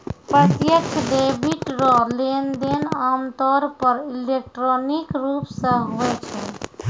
प्रत्यक्ष डेबिट रो लेनदेन आमतौर पर इलेक्ट्रॉनिक रूप से हुवै छै